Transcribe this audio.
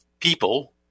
people